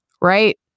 right